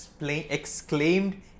exclaimed